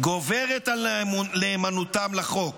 גוברת על נאמנותם לחוק.